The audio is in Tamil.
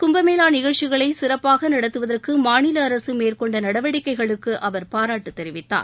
கும்மேளா நிகழ்ச்சிகளை சிறப்பாக நடத்துவதற்கு மாநில அரசு மேற்கொண்ட நடவடிக்கைகளுக்கு அவர் பாராட்டு தெரிவித்தார்